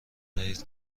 دهید